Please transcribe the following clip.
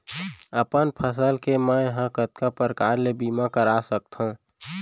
अपन फसल के मै ह कतका प्रकार ले बीमा करा सकथो?